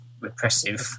repressive